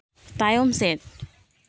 ᱛᱟᱭᱚᱢ ᱥᱮᱫ